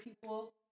people